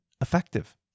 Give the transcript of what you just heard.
effective